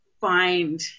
find